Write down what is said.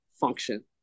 function